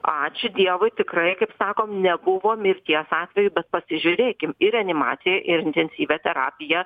ačiū dievui tikrai kaip sakom nebuvo mirties atvejų bet pasižiūrėkim į reanimaciją ir intensyvią terapiją